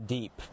Deep